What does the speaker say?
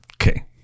Okay